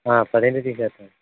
పదింటికి తీసేస్తాం